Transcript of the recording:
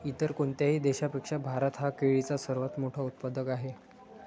इतर कोणत्याही देशापेक्षा भारत हा केळीचा सर्वात मोठा उत्पादक आहे